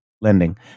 lending